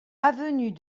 avenue